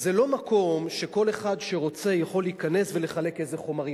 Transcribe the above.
זה לא מקום שכל אחד שרוצה יכול להיכנס ולחלק איזה חומרים.